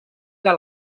que